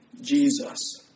Jesus